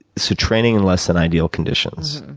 so, training in less than ideal conditions.